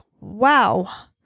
wow